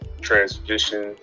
transition